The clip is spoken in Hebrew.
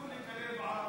אנחנו מכריזים היום